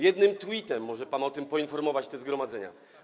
Jednym twittem może pan o tym poinformować te zgromadzenia.